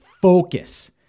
Focus